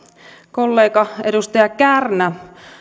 kollega edustaja kärnä